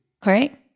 Correct